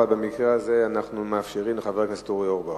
אבל במקרה הזה אנחנו מאפשרים לחבר הכנסת אורי אורבך.